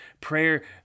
prayer